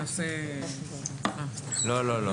לא, לא.